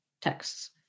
texts